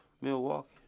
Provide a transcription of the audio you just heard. Milwaukee